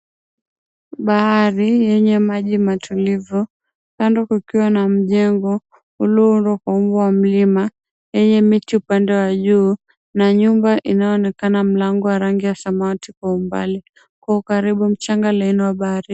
Bahari yenye maji matulivu. Kando kukiwa na mjengo, ulioundwa kwa umbo wa mlima, yenye miti upande wa juu, na nyumba inayoonekana mlango wa rangi ya samawati kwa umbali. Kwa ukaribu mchanga wa eneo la bahari.